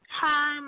Hi